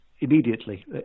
immediately